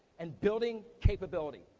and building capability.